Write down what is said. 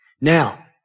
Now